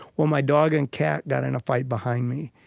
well, my dog and cat got in a fight behind me,